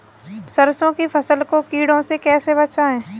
सरसों की फसल को कीड़ों से कैसे बचाएँ?